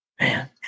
man